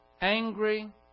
angry